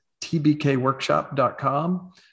tbkworkshop.com